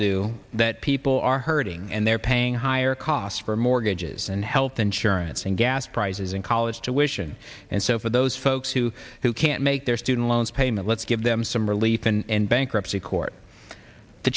do that people are hurting and they're paying higher costs for mortgages and health insurance and gas prices and college tuition and so for those folks who who can't make their student loans payment let's give them some relief in bankruptcy court the